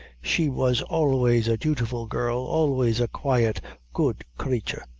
she was always a dutiful girl always a quiet good crathur.